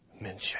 mention